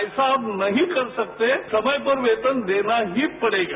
ऐसा अब नहीं कर सकते थे समय पर वेतन देना ही पड़ेगा